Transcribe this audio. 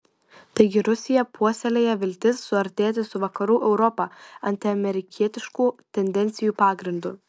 taigi rusija puoselėja viltis suartėti su vakarų europa antiamerikietiškų tendencijų pagrindu